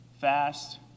fast